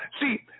See